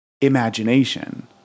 imagination